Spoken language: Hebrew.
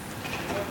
וילף.